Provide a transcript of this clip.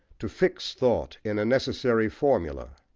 to fix thought in a necessary formula,